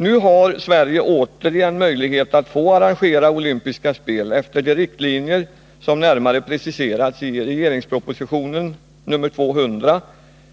Nu har Sverige återigen möjlighet att få arrangera olympiska spel efter de riktlinjer som närmare har preciserats i regeringspropositionen nr 200,